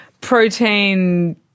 protein